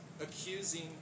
accusing